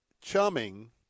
chumming